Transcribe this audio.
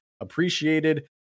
appreciated